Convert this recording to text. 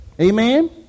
Amen